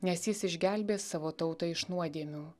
nes jis išgelbės savo tautą iš nuodėmių